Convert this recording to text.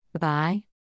Bye